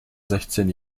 sechzehn